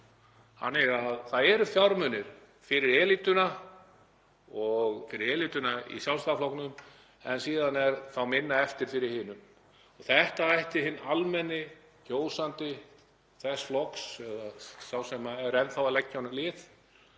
Það eru til fjármunir fyrir elítuna og fyrir elítuna í Sjálfstæðisflokknum en síðan er minna eftir fyrir hina. Þetta ætti hinn almenni kjósandi þess flokks eða sá sem er enn þá að leggja honum lið